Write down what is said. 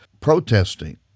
protesting